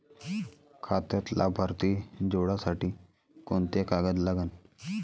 खात्यात लाभार्थी जोडासाठी कोंते कागद लागन?